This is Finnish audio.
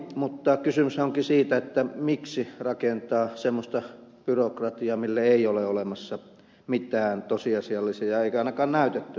mutta kysymyshän onkin siitä miksi rakentaa semmoista byrokratiaa mille ei ole olemassa mitään tosiasiallisia eikä ainakaan näytettyjä perusteluita